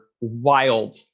wild